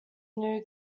new